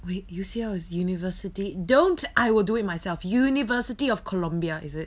wait U_C_L is university don't I will do it myself university of colombia is it